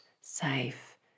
safe